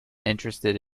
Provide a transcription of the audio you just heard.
interested